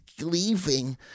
leaving